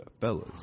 Fellas